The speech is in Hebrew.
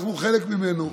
אנחנו חלק ממנו,